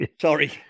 Sorry